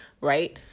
right